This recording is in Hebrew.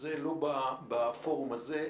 וזה לא בפורום הזה,